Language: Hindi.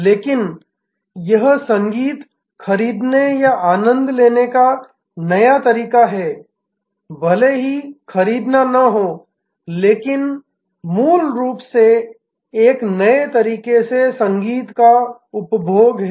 लेकिन यह संगीत खरीदने या आनंद लेने का एक नया तरीका है भले ही खरीदना न हो लेकिन मूल रूप से एक नए तरीके से संगीत का उपभोग है